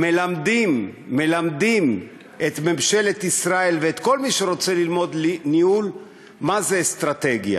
מלמדים את ממשלת ישראל ואת כל מי שרוצה ללמוד ניהול מה זה אסטרטגיה.